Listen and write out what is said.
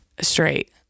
straight